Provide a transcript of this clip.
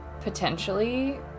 potentially